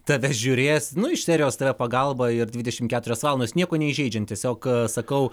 tave žiūrės nu iš serijos tv pagalba ir dvidešimt keturios valandos nieko neįžeidžiant tiesiog sakau